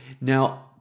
Now